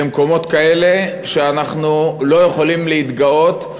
למקומות כאלה שאנחנו לא יכולים להתגאות,